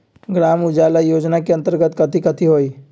ग्राम उजाला योजना के अंतर्गत कथी कथी होई?